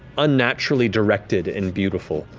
unnaturally directed and beautiful.